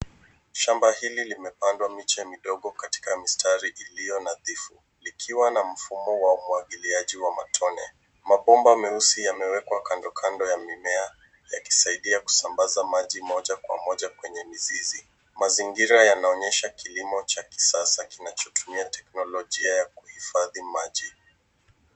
Shamba hili limepandwa miche midogo katika mistari iliyo nadhifu, likiwa na mfumo wa umwagiliaji wa matone. Mabomba meusi yamewekwa kandokando ya mimea yakisaidia kusambaza maji moja kwa moja kwenye mizizi. Mazingira yanaonyesha kilimo cha kisasa kinachotumia teknolojia ya kuhifadhi maji.